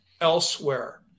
elsewhere